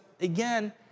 again